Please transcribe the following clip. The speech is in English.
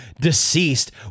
deceased